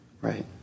right